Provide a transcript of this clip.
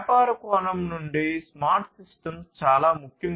వ్యాపార కోణం నుండి స్మార్ట్ సిస్టమ్స్ చాలా ముఖ్యం